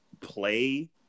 play